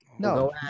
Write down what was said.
No